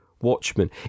Watchmen